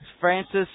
Francis